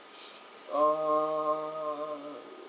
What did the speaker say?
uh